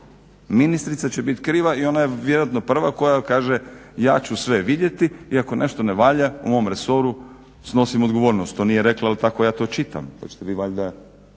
Ministrica će biti kriva i vjerojatno je ona prva koja kaže ja ću sve vidjeti iako nešto ne valja u mom resoru snosim odgovornost, to nije rekla ali tako ja to čitam.